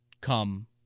come